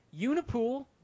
Unipool